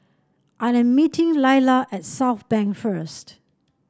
I am meeting Leila at Southbank first